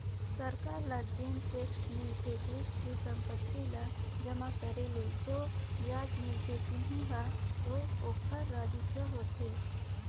सरकार ल जेन टेक्स मिलथे देस के संपत्ति ल जमा करे ले जो बियाज मिलथें तेहू हर तो ओखर राजस्व होथे